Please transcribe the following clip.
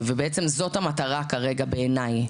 בעצם זאת המטרה כרגע בעיניי,